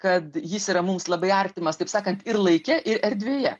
kad jis yra mums labai artimas taip sakant ir laike ir erdvėje